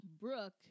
Brooke